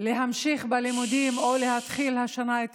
להמשיך בלימודים או להתחיל השנה את